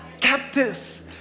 captives